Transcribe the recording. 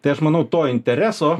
tai aš manau to intereso